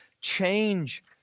change